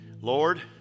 Lord